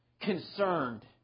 Concerned